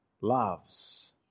loves